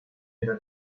era